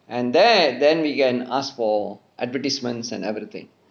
and there then we can ask for advertisements and everything